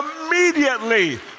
immediately